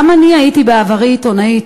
אני הייתי בעברי גם עיתונאית,